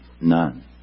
None